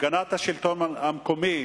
הפגנת השלטון המקומי